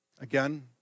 Again